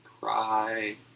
cry